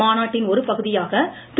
மாநாட்டின் ஒருபகுதியாக திரு